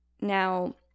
Now